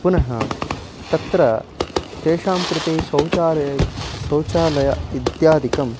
पुनः तत्र तेषां कृते शौचालयः शौचालयः इत्यादिकम्